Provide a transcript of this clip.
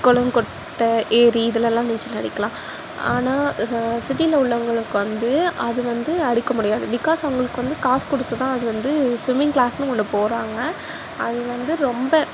குளம் குட்டை ஏரி இதுலெல்லாம் நீச்சல் அடிக்கலாம் ஆனால் சிட்டியில் உள்ளவர்களுக்கு வந்து அது வந்து அடிக்க முடியாது பிக்காஸ் அவங்களுக்கு வந்து காசு கொடுத்துதா அது வந்து ஸ்விம்மிங் கிளாஸ்னு ஒன்று போகிறாங்க அது வந்து ரொம்ப